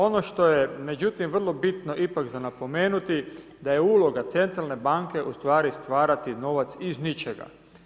Ono što je međutim vrlo bitno ipak za napomenuti da je uloga centralne banke stvarati novac iz ničega.